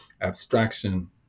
abstraction